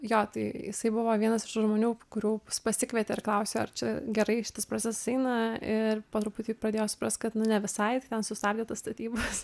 jo tai jisai buvo vienas iš žmonių kurių pasikvietė ar klausė ar čia gerai šitas procesas eina ir po truputį pradėjo suprast kad nu ne visai ten sustabdė statybas